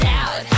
out